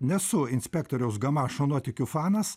nesu inspektoriaus gamašo nuotykių fanas